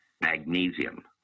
magnesium